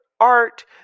art